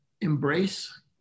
embrace